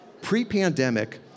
Pre-pandemic